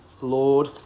Lord